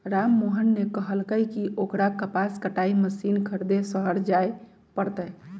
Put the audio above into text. राममोहन ने कहल कई की ओकरा कपास कटाई मशीन खरीदे शहर जाय पड़ तय